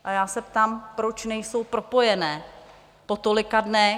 A já se ptám, proč nejsou propojené po tolika dnech.